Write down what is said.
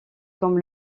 comme